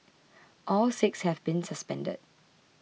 all six have been suspended